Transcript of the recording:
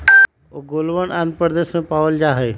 ओंगोलवन आंध्र प्रदेश में पावल जाहई